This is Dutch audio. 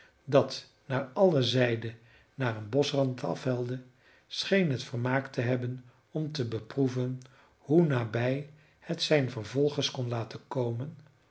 dat naar alle zijden naar een boschland afhelde scheen het vermaak te hebben om te beproeven hoe nabij het zijne vervolgers kon laten komen